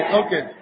okay